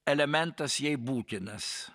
elementas jai būtinas